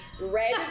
Red